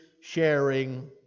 sharing